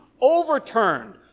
overturned